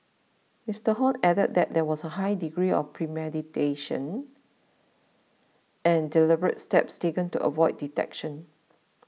Mister Hon added that there was a high degree of premeditation and deliberate steps taken to avoid detection